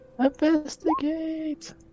investigate